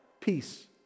peace